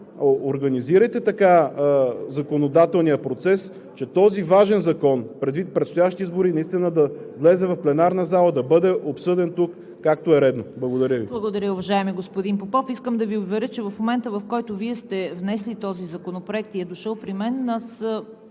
организирайте така законодателния процес, че този важен закон, предвид предстоящите избори, наистина да влезе в пленарната зала, за да бъде обсъден тук, както е редно. Благодаря Ви. ПРЕДСЕДАТЕЛ ЦВЕТА КАРАЯНЧЕВА: Благодаря, уважаеми господин Попов. Искам да Ви уверя, че в момента, в който Вие сте внесли този законопроект и е дошъл при мен, ако